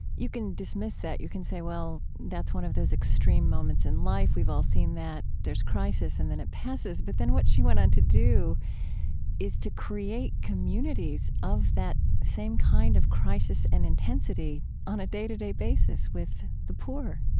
you can dismiss that. you can say, well, that's one of those extreme moments in life. we've all see that. there's crisis and then it passes but then what she went on to do is to create communities of that same kind of crisis and intensity on a day-to-day basis with the poor